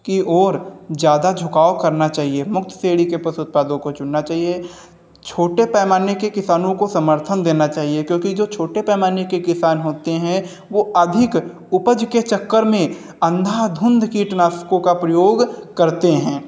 की ओर ज़्यादा झुकाव करना चाहिए मुक्त श्रेणी के पशु उत्पादों की चुनना चाहिए छोटे पैमाने के किसानों को समर्थन देना चाहिए क्योंकि जो छोटे पैमाने के किसान होते हैं वो अधिक उपज के चक्कर में अंधाधुंध कीटनाशकों का प्रयोग करते हैं